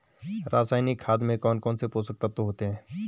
रासायनिक खाद में कौन कौन से पोषक तत्व होते हैं?